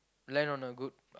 land on a good